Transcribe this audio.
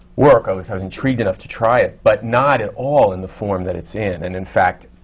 work. i was i was intrigued enough to try it. but not at all in the form that it's in. and in fact,